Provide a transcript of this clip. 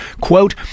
quote